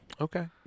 Okay